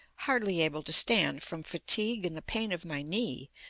hardly able to stand from fatigue and the pain of my knee,